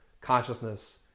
consciousness